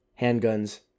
handguns